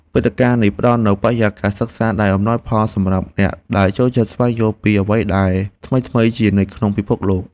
វេទិកានេះផ្តល់នូវបរិយាកាសសិក្សាដែលអំណោយផលសម្រាប់អ្នកដែលចូលចិត្តស្វែងយល់ពីអ្វីដែលថ្មីៗជានិច្ចក្នុងពិភពលោក។